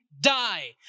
die